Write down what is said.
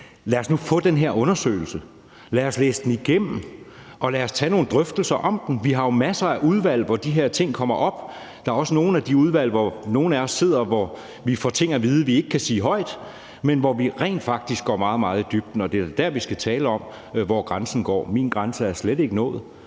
Lad os nu få den her undersøgelse. Lad os læse den igennem, og lad os tage nogle drøftelser om den. Vi har jo masser af udvalg, hvor de her ting kommer op. Der er også nogle af de udvalg, hvor nogle af os sidder, hvor vi får ting at vide, som vi ikke kan sige højt, men hvor vi rent faktisk går meget, meget i dybden, og det er da der, vi skal tale om, hvor grænsen går. Min grænse er slet ikke nået,